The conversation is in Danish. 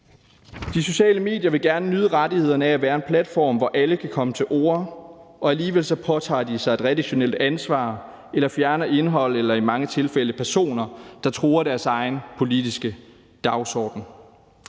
De sociale medier vil gerne nyde rettighederne af at være en platform, hvor alle kan komme til orde, og alligevel påtager de sig et redaktionelt ansvar eller fjerner indhold eller i mange tilfælde personer, der truer deres egen politiske dagsorden.